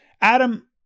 Adam